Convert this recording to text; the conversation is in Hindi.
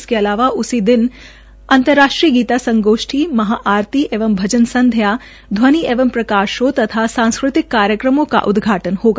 इसके अलावा उसी दिन अंतर्राष्ट्रीय गीता संगोष्ठी महाआरती एवं भजन संध्या ध्वनि एवं प्रकाश शो तथा सांस्कृतिक कार्यक्रमों का उदघाटन होगा